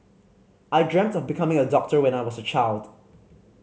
I dreamt of becoming a doctor when I was a child